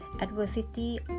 adversity